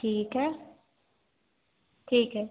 ठीक है ठीक है